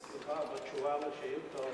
סליחה, בתשובה על שאילתות,